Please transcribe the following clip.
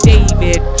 David